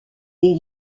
des